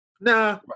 Nah